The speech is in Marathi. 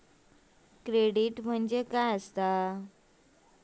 क्रेडिट म्हणजे काय?